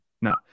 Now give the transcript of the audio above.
No